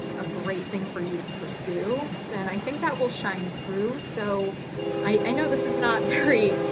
a great thing for you to pursue, then i think that will shine through. so i know this is not very,